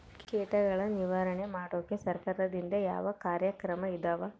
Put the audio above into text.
ಕೇಟನಾಶಕಗಳ ನಿಯಂತ್ರಣ ಮಾಡೋಕೆ ಸರಕಾರದಿಂದ ಯಾವ ಕಾರ್ಯಕ್ರಮ ಇದಾವ?